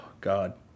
God